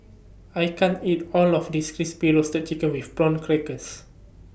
I can't eat All of This Crispy Roasted Chicken with Prawn Crackers